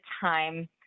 time